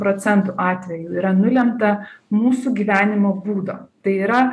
procentų atvejų yra nulemta mūsų gyvenimo būdo tai yra